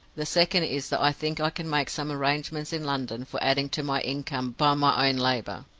the second is that i think i can make some arrangements in london for adding to my income by my own labor.